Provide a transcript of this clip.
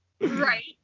right